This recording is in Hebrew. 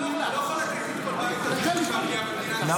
אתה לא יכול לפתור את כל בעיות מדינת ישראל --- נכון,